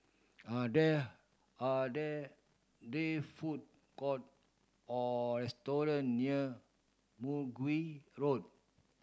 are there are there they food court or restaurant near Mergui Road